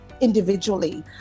individually